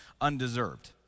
undeserved